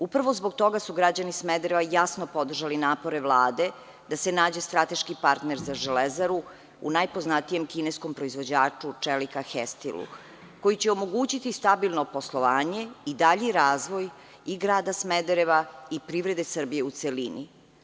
Upravo zbog toga su građani Smedereva jasno podržali napore Vlade da se strateški partner za Železaru u najpoznatijem kineskom proizvođaču čelika „Hestilu“ koji će omogućiti stabilno poslovanje i dalji razvoj grada Smedereva i privrede Srbije u celini.